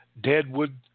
deadwood